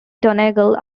donegal